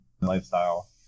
lifestyle